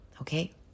okay